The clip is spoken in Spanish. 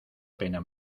pena